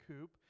coop